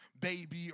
baby